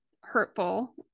hurtful